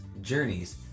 journeys